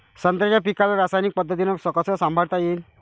संत्र्याच्या पीकाले रासायनिक पद्धतीनं कस संभाळता येईन?